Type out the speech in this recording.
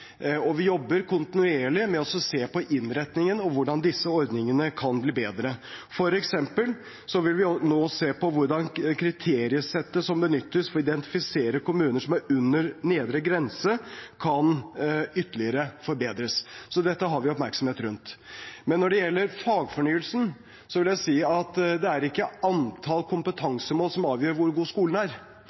Vi jobber kontinuerlig med å se på innretningen og hvordan disse ordningene kan bli bedre. For eksempel vil vi nå se på hvordan kriteriesettet som benyttes for å identifisere kommuner som er under nedre grense, ytterligere kan forbedres. Så dette har vi oppmerksomhet rundt. Men når det gjelder fagfornyelsen, vil jeg si at det ikke er antall kompetansemål som avgjør hvor god skolen er. Kvaliteten på lærerne og læringsmiljøet er avgjørende. Derfor er